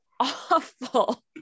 awful